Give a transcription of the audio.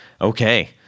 Okay